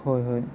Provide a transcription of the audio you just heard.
হয় হয়